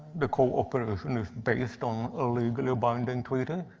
the cooperation is based on a legally binding treaty,